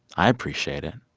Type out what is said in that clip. i appreciate it